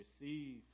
receive